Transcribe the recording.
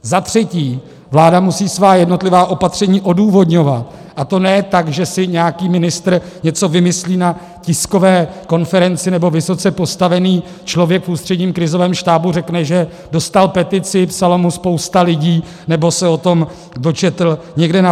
Za třetí, vláda musí svá jednotlivá opatření odůvodňovat, a to ne tak, že si nějaký ministr něco vymyslí na tiskové konferenci, nebo vysoce postavený člověk v Ústředním krizovém štábu řekne, že dostal petici, psala mu spousta lidí, nebo se o tom dočetl někde na Facebooku.